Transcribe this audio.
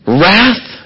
wrath